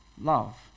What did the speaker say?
Love